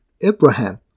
Abraham